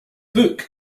book